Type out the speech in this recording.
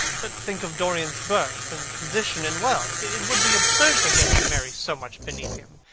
but think of dorian's birth, and position, and wealth. it would be absurd for him to marry so much beneath him.